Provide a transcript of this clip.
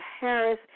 Harris